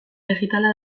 digitala